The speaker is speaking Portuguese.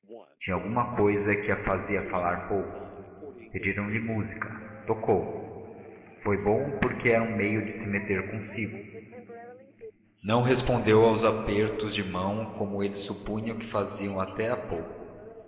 tinha alguma cousa que a fazia falar pouco pediram lhe música tocou foi bom porque era um meio de se meter consigo não respondeu aos apertos de mão como eles supunham que fazia até há pouco